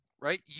Right